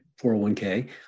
401k